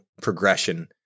progression